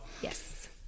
Yes